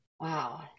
wow